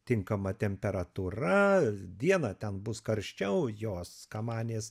tinkama temperatūra dieną ten bus karščiau jos kamanės